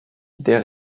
der